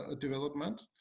development